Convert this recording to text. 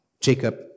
Jacob